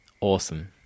Awesome